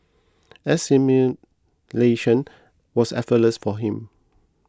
assimilation was effortless for him